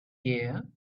year